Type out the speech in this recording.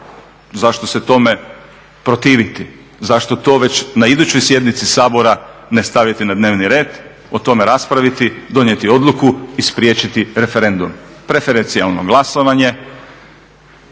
Zašto se tome protiviti? Zašto to već na idućoj sjednici Sabora ne staviti na dnevni red, o tome raspraviti, donijeti odluku i spriječiti referendum? Preferencijalno glasovanje,